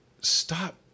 stop